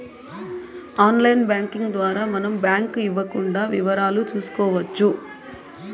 online banking ద్వారా మనం bank ఇవ్వకుండా వివరాలు చూసుకోవచ్చు